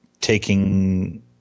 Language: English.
taking